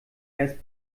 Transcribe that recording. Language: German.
erst